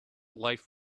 life